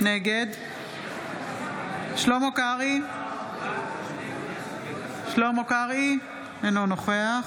נגד שלמה קרעי, אינו נוכח